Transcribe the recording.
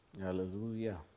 Hallelujah